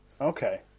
Okay